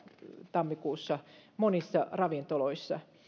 tammikuussa monissa ravintoloissa